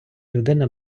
людина